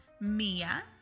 Mia